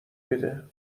میده